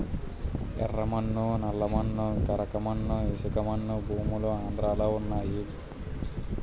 యెర్ర మన్ను నల్ల మన్ను కంకర మన్ను ఇసకమన్ను భూములు ఆంధ్రలో వున్నయి